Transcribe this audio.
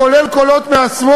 אני מנהל את הישיבה כפי שאני מבין.